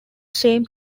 same